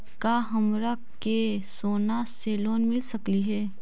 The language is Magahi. का हमरा के सोना से लोन मिल सकली हे?